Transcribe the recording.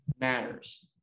matters